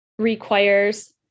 requires